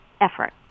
effort